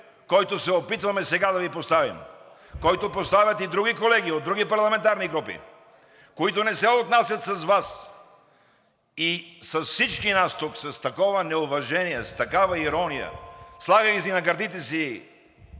който се опитваме сега да Ви поставим, който поставят и други колеги, от други парламентарни групи, които не се отнасят с Вас и с всички нас тук с такова неуважение, с такава ирония, слагайки на гърдите си